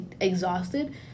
exhausted